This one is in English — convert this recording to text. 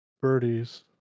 Birdies